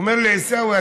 הוא אמר לי: עיסאווי,